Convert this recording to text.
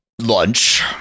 lunch